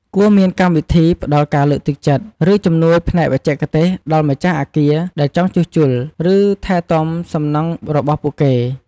គួរមានកម្មវិធីផ្តល់ការលើកទឹកចិត្ត ឬជំនួយផ្នែកបច្ចេកទេសដល់ម្ចាស់អគារដែលចង់ជួសជុល ឬថែទាំសំណង់របស់ពួកគេ។